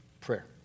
Prayer